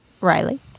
Riley